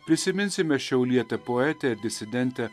prisiminsime šiaulietę poetę ir disidentę